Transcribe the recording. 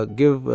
give